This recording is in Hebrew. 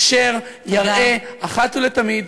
אשר יראה אחת ולתמיד,